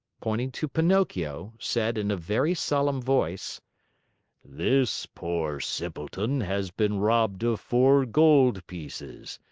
pointing to pinocchio, said in a very solemn voice this poor simpleton has been robbed of four gold pieces.